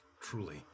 truly